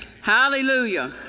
Hallelujah